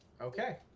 Okay